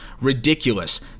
ridiculous